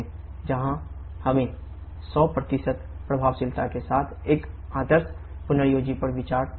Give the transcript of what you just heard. यहां हमें 100 प्रभावशीलता के साथ एक आदर्श पुनर्योजी पर विचार करना होगा